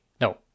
No